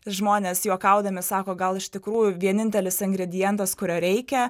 žmonės juokaudami sako gal iš tikrųjų vienintelis ingredientas kurio reikia